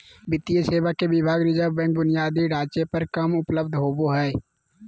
वित्तीय सेवा के विभाग रिज़र्व बैंक बुनियादी ढांचे पर कम उपलब्ध होबो हइ